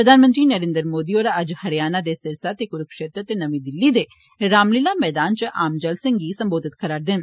प्रधानमंत्री नरेंद्र मोदी होर अज्ज हरियाणा दे सिरसा ते कुरूक्षेत्र ते नमीं दिल्ली दे रामलीला मैदान च आम जलसें गी संबोधित करा'रदे न